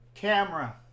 Camera